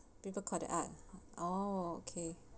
people call that art oh okay